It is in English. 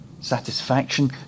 satisfaction